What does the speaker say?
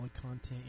content